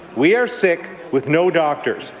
we are sick with no doctors.